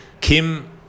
Kim